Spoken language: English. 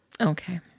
okay